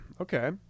okay